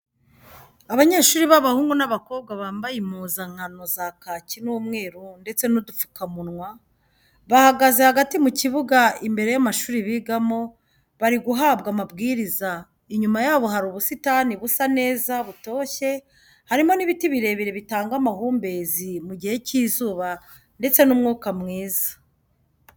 Abanyeshuri b'abahungu n'abakobwa bambaye impuzankano za kaki n'umweru ndetse n'udupfukamunwa, bahagaze hagati mu kibuga imbere y'amashuri bigamo bari guhabwa amabwiriza, inyuma yabo hari ubusitani busa neza butoshye harimo n'ibiti birebire bitanga amahumbezi mu gihe cy'izuba ndetse n'umwuka mwiza.